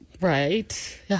Right